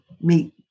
meet